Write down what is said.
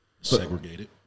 Segregated